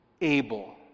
able